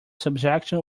subsection